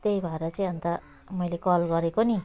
त्यही भएर चाहिँ अन्त मैले कल गरेको नि